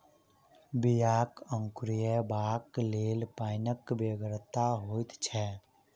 बियाक अंकुरयबाक लेल पाइनक बेगरता होइत छै